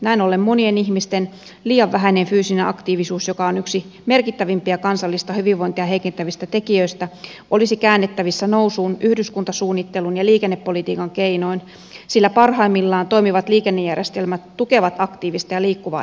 näin ollen monien ihmisten liian vähäinen fyysinen aktiivisuus joka on yksi merkittävimpiä kansallista hyvinvointia heikentävistä tekijöistä olisi käännettävissä nousuun yhdyskuntasuunnittelun ja liikennepolitiikan keinoin sillä parhaimmillaan toimivat liikennejärjestelmät tukevat aktiivista ja liikkuvaa elämäntapaa